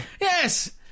Yes